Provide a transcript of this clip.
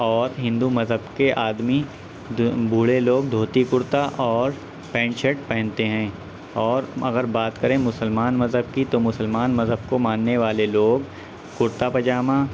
اور ہندو مذہب کے آدمی دھو بوڑھے لوگ دھوتی کرتا اور پینٹ شرٹ پہنتے ہیں اور اگر بات کریں مسلمان مذہب کی تو مسلمان مذہب کو ماننے والے لوگ کُرتا پائجاما